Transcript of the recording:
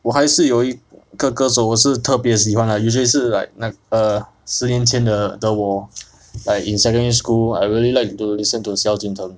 我还是有一个歌手我是特别喜欢 lah usually 是 like err 十年前的的我 like in secondary school I really like to listen to 萧敬腾